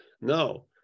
No